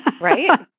right